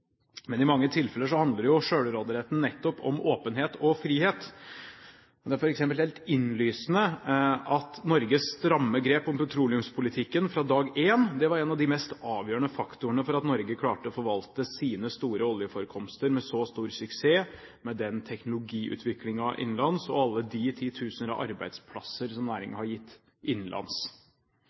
Men i mange tilfeller handler jo selvråderetten nettopp om åpenhet og frihet. Det er f.eks. helt innlysende at Norges stramme grep om petroleumspolitikken fra dag én har vært en av de mest avgjørende faktorene for at Norge har klart å forvalte sine store oljeforekomster med så stor suksess, med den teknologiutviklingen og alle de titusener av arbeidsplasser som næringen har gitt innenlands.